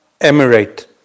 Emirate